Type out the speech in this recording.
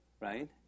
right